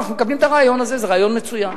אנחנו מקבלים את הרעיון הזה, זה רעיון מצוין,